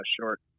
short